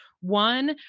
one